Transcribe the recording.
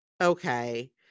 Okay